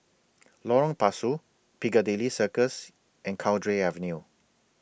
Lorong Pasu Piccadilly Circus and Cowdray Avenue